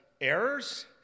errors